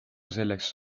selleks